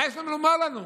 מה יש להם לומר לנו,